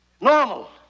Normal